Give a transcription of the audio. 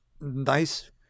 nice